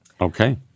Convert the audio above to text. Okay